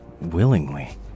willingly